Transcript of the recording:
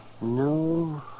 No